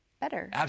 better